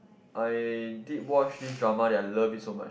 I did watch this drama that I love it so much